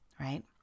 right